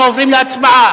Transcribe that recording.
אנחנו עוברים להצבעה.